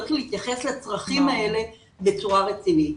צריך להתייחס לצרכים האלה בצורה רצינית.